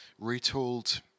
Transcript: retooled